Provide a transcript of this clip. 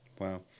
wow